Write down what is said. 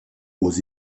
aux